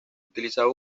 utilizaba